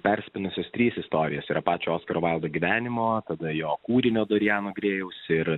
persipynusios trys istorijos yra pačios pirmąja gyvenimo tada jo kūrinio dorijano grėjaus ir